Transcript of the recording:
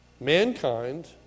mankind